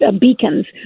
beacons